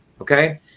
okay